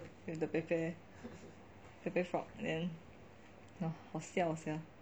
with the pepe pepe frog then 好笑 sia